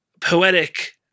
poetic